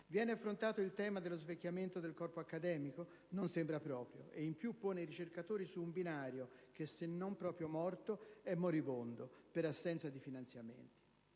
Viene affrontato il tema dello svecchiamento del corpo accademico? Non sembra proprio, e in più si pongono i ricercatori su un binario che, se non proprio morto, è moribondo, per assenza di finanziamenti.